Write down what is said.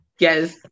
Yes